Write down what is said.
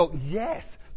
Yes